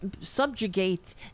subjugate